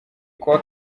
kuwa